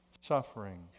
suffering